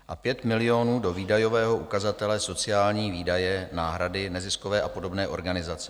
Dále 5 milionů do výdajového ukazatele sociální výdaje náhrady, neziskové a podobné organizace.